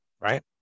right